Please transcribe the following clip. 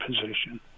position